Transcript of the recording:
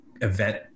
event